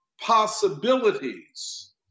possibilities